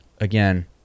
again